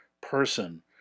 person